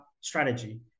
strategy